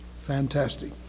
fantastic